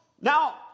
Now